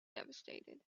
devastated